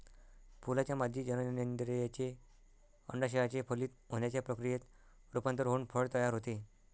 फुलाच्या मादी जननेंद्रियाचे, अंडाशयाचे फलित होण्याच्या प्रक्रियेत रूपांतर होऊन फळ तयार होते